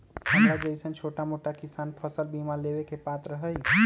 हमरा जैईसन छोटा मोटा किसान फसल बीमा लेबे के पात्र हई?